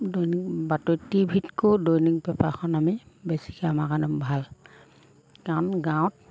দৈনিক বাতৰি T V তকৈও দৈনিক পেপাৰখন আমি বেছিকৈ আমাৰ কাৰণে ভাল কাৰণ গাঁৱত